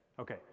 okay